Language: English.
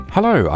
Hello